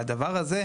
והדבר הזה,